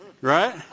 Right